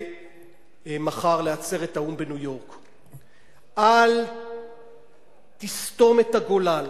מחר לעצרת האו"ם בניו-יורק: אל תסתום את הגולל